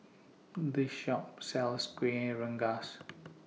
This Shop sells Kueh Rengas